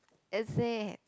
is it